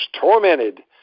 tormented